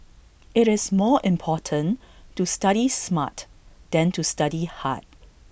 IT is more important to study smart than to study hard